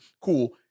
Cool